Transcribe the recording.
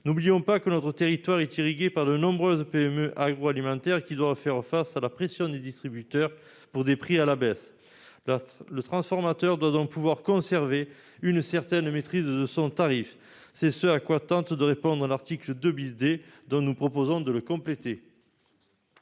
N'oublions pas que notre territoire est irrigué par de nombreuses PME agroalimentaires qui doivent faire face à la pression des distributeurs pour des prix à la baisse. Le transformateur doit donc pouvoir conserver une certaine maîtrise de son tarif. C'est ce à quoi tente de répondre l'article 2D, que nous proposons de compléter.